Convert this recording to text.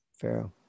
Pharaoh